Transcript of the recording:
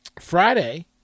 Friday